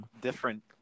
different